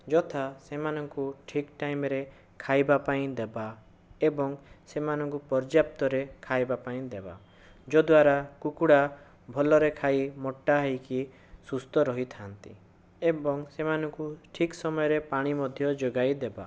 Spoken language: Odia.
ଯଥା ସେମାନଙ୍କୁ ଠିକ୍ ଟାଇମରେ ଖାଇବାପାଇଁ ଦେବା ଏବଂ ସେମାନଙ୍କୁ ପଯ୍ୟାପ୍ତରେ ଖାଇବାପାଇଁ ଦେବା ଯଦ୍ୱାରା କୁକୁଡ଼ା ଭଲରେ ଖାଇ ମୋଟା ହେଇକି ସୁସ୍ଥ ରହିଥାନ୍ତି ଏବଂ ସେମାନଙ୍କୁ ଠିକ୍ ସମୟରେ ପାଣି ମଧ୍ୟ ଯୋଗାଇ ଦେବା